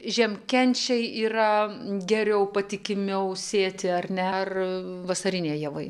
žiemkenčiai yra geriau patikimiau sėti ar ne ar vasariniai javai